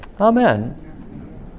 Amen